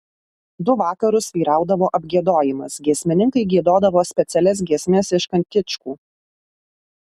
du vakarus vyraudavo apgiedojimas giesmininkai giedodavo specialias giesmes iš kantičkų